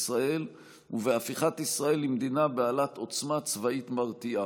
ישראל ובהפיכת ישראל למדינה בעלת עוצמה צבאית מרתיעה.